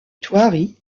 thoiry